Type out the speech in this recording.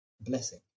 blessing